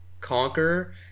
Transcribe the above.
Conquer